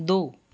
दो